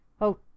Oh